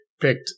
picked